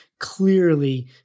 clearly